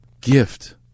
gift